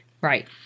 Right